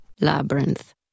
Labyrinth